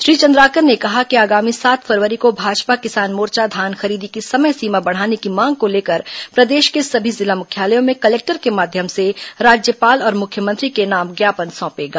श्री चंद्राकर ने कहा है कि आगामी सात फरवरी को भाजपा किसान मोर्चा धान खरीदी की समय सीमा बढ़ाने की मांग को लेकर प्रदेश के सभी जिला मुख्यालयों में कलेक्टर से माध्यम से राज्यपाल और मुख्यमंत्री के नाम ज्ञापन सौंपेगा